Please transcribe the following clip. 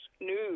news